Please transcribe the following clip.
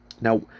Now